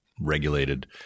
regulated